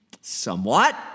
somewhat